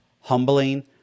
humbling